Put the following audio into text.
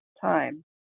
time